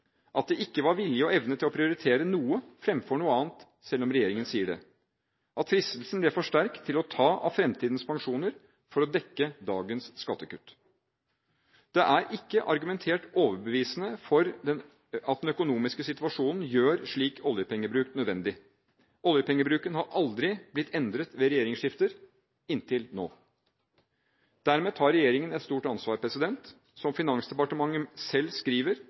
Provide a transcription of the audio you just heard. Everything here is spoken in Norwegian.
at det ikke var vilje og evne til å prioritere noe fremfor noe annet, selv om regjeringen sier det, at fristelsen ble for sterk til å ta av fremtidens pensjoner for å dekke dagens skattekutt. Det er ikke argumentert overbevisende for at den økonomiske situasjonen gjør en slik oljepengebruk nødvendig. Oljepengebruken har aldri blitt endret ved regjeringsskifter – inntil nå. Dermed tar regjeringen et stort ansvar. Som Finansdepartementet selv skriver: